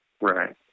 Right